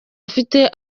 afite